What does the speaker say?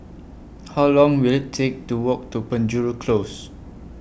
How Long Will IT Take to Walk to Penjuru Close